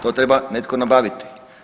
To treba netko nabaviti.